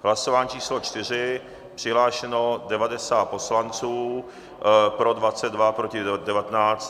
Hlasování číslo 4, přihlášeno 90 poslanců, pro 22, proti 19.